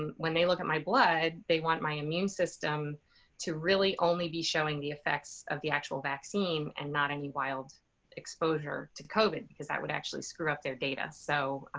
um when they look at my blood, they want my immune system to really only be showing the effects of the actual vaccine and not any wild exposure to covid because that would actually screw up their data. so, um,